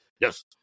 yes